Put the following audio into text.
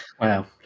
Wow